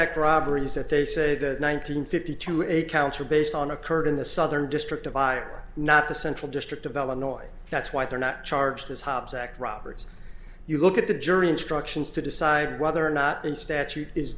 act robberies that they say the one nine hundred fifty two eight counts are based on occurred in the southern district of not the central district of illinois that's why they're not charged as hobbs act roberts you look at the jury instructions to decide whether or not in statute is